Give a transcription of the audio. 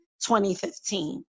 2015